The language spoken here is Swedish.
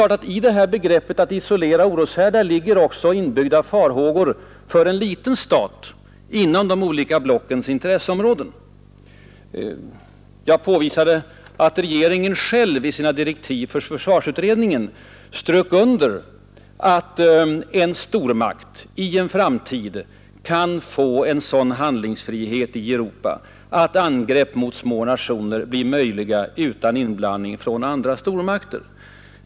Uttrycket ”att isolera oroshärdar” omfattar emellertid också risker för en liten stat inom de olika blockens intresseområden. Jag påvisade att regeringen själv i sina direktiv för försvarsutredningen strök under att en stormakt i en framtid kan få en sådan handlingsfrihet i Europa att angrepp mot små nationer blir möjliga utan inblandning från andra stormakter.